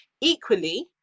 Equally